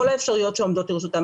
כל האפשרויות שעומדות לרשותה,